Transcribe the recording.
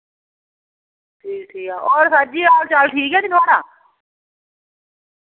ठीक ठीक ऐ होर सर जी हाल चाल ठीक ऐ नी थोआढ़ा